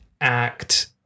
act